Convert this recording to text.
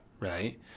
right